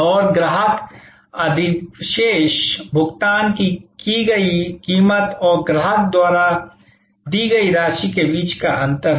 और ग्राहक अधिशेष भुगतान की गई कीमत और ग्राहक द्वारा दी गई राशि के बीच का अंतर है